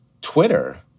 Twitter